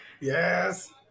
Yes